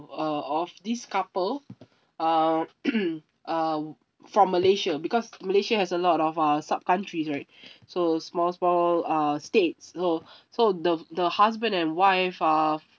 uh of this couple um uh from malaysia because malaysia has a lot of uh sub countries right so small small uh states so so the the husband and wife uh